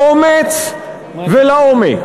באומץ ולעומק.